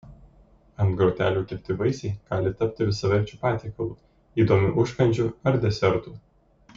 ant grotelių kepti vaisiai gali tapti visaverčiu patiekalu įdomiu užkandžiu ar desertu